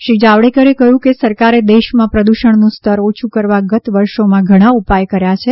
શ્રી જાવડેકરે કહ્યું કે સરકારે દેશમાં પ્રદૃષણનું સ્તર ઓછું કરવા ગત વર્ષોમાં ઘણા ઉપાય કર્યા છે